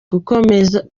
gukomeretsa